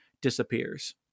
disappears